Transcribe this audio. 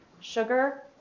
sugar